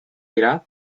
era